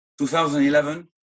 2011